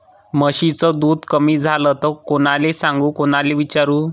म्हशीचं दूध कमी झालं त कोनाले सांगू कोनाले विचारू?